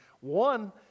one